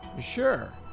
Sure